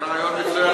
זה רעיון מצוין.